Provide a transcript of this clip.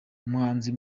umuhanzi